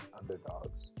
underdogs